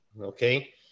okay